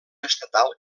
estatal